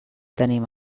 tenim